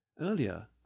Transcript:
Earlier